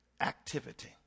activity